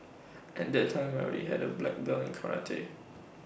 at that time I already had A black belt in karate